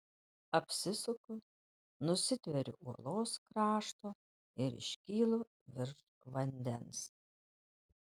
apsisuku nusitveriu uolos krašto ir iškylu virš vandens